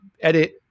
edit